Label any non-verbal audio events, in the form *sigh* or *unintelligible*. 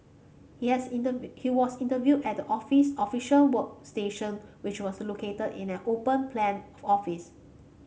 he has *unintelligible* he was interviewed at the office official workstation which was located in an open plan office